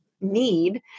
need